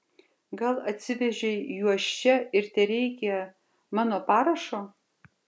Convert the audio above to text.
gal atsivežei juos čia ir tereikia mano parašo